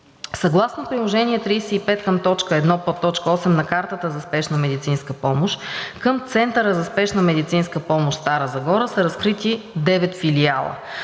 точка 1, подточка 8 на Картата за спешна медицинска помощ към Центъра за спешна медицинска помощ – Стара Загора са разкрити 9 филиала.